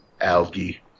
Algae